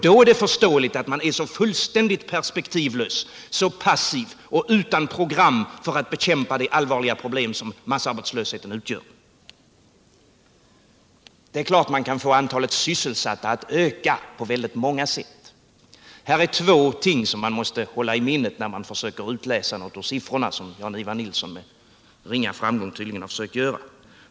Då är det också förståeligt att man på det hållet är så fullständigt perspektivlös, passiv och utan program för att bekämpa de allvarliga problem som massarbetslösheten medför. Man kan få antalet sysselsatta att öka på många sätt. Det är två ting som man måste hålla i minnet när man försöker utläsa något av siffrorna på detta område, vilket Jan-Ivan Nilsson tydligen med ringa framgång har försökt göra.